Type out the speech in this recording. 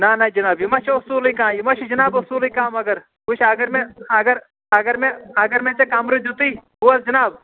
نہَ نہَ جِناب یہِ ما چھُ اصوٗلٕے کانٛہہ یہِ ما چھُ جِناب اصوٗلٕے کانٛہہ مگر وُچھ اگر مےٚ اگر اگر مےٚ اگر مےٚ ژےٚ کَمرٕ دِتُے بوز جِناب